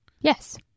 Yes